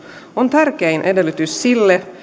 on tärkein edellytys sille